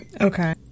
Okay